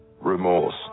remorse